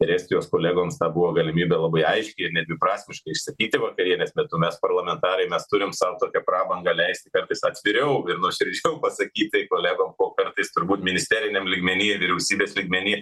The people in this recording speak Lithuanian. ir estijos kolegoms buvo galimybė labai aiškiai ir nedviprasmiškai išsakyti vakarienės metu mes parlamentarai mes turim sau tokią prabangą leisti kartais atviriau ir nuoširdžiau pasakyt tai kolegom ko kartais turbūt ministeriniam lygmeny vyriausybės lygmeny